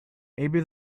maybe